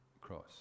cross